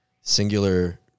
singular